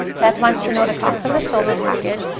beth wants to know the cost of a silver package.